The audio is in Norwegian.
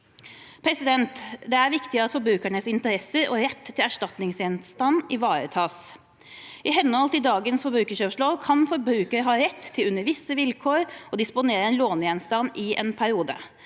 på. Det er viktig at forbrukernes interesser og rett til erstatningsgjenstand ivaretas. I henhold til dagens forbrukerkjøpslov kan forbrukeren ha rett til under visse vilkår å disponere en lånegjenstand i en periode.